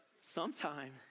Sometime